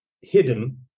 hidden